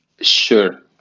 Sure